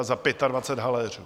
Za pětadvacet haléřů.